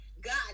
god